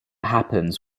happens